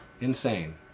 Insane